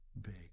big